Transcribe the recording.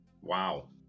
Wow